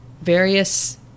various